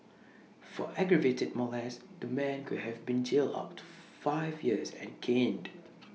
for aggravated molest the man could have been jailed up to five years and caned